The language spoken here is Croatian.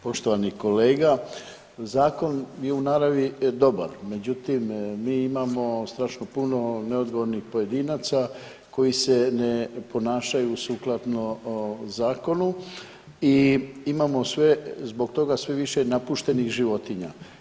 Poštovani kolega zakon je u naravi dobar, međutim mi imamo strašno puno neodgovornih pojedinaca koji se ne ponašaju sukladno zakonu i imamo sve zbog toga sve više napuštenih životinja.